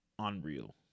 unreal